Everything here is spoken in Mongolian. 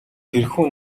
тэрхүү